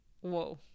whoa